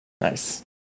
nice